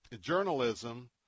Journalism